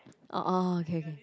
orh okay K